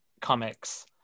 comics